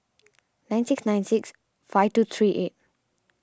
nine six nine six five two three eight